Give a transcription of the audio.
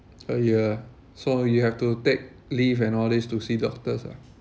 a year ah so you have to take leave and all these to see doctors ah